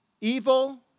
Evil